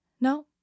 No